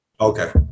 okay